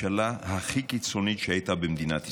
הממשלה הכי קיצונית שהייתה במדינת ישראל.